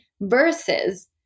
versus